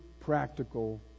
practical